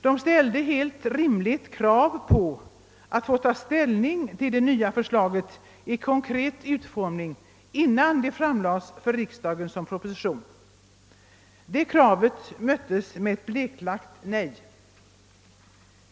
De ställde helt rimligt krav på att få ta ställning till det nya förslaget i konkret utformning innan det framlades för riksdagen som proposition. Detta krav möttes med ett bleklagt nej.